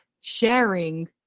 sharing